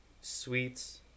sweets